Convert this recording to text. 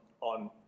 on